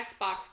xbox